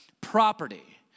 property